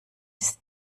ist